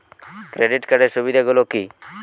Credit কার্ডের সুবিধা গুলো কি?